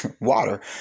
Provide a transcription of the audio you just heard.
water